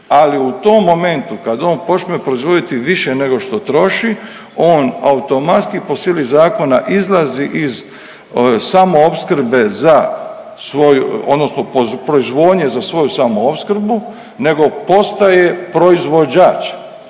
ali u tom momentu kad on počne proizvoditi više nego što troši on automatski po sili zakona izlazi iz samoopskrbe za svoju odnosno proizvodnje za svoju samoopskrbu nego postaje proizvođač.